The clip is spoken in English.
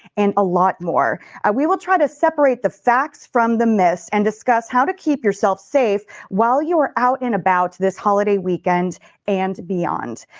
and a lot more. we will try to separate the facts from the myths and discuss how to keep yourself safe while you are out and about this holiday weekend and beyond.